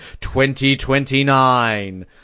2029